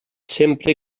sempre